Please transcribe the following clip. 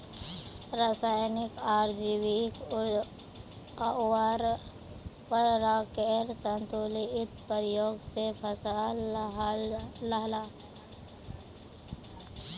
राशयानिक आर जैविक उर्वरकेर संतुलित प्रयोग से फसल लहलहा